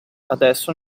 adesso